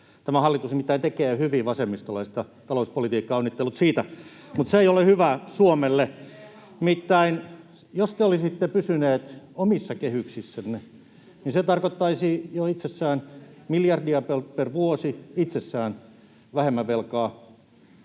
Tämä hallitus nimittäin tekee hyvin vasemmistolaista talouspolitiikkaa, onnittelut siitä. Mutta se ei ole hyvä Suomelle. Nimittäin jos te olisitte pysyneet omissa kehyksissänne, se tarkoittaisi jo itsessään miljardia per vuosi vähemmän velkaa.